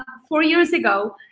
four years ago,